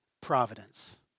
Providence